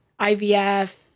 IVF